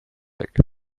like